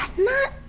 not.